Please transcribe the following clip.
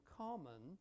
common